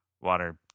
water